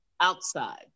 outside